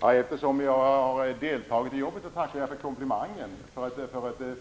Herr talman! Eftersom jag har deltagit i jobbet tackar jag för komplimangen om ett